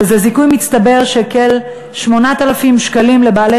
שזה זיכוי מצטבר של כ-8,000 שקלים לבעלי